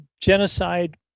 genocide